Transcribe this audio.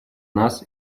нас